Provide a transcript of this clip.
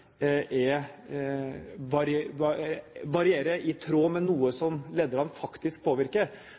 i tråd med noe som lederne faktisk påvirker,